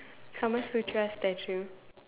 Kama-Sutra statue